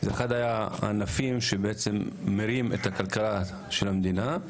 זה אחד הענפים שבעצם מרים את הכלכלה של המדינה,